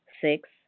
Six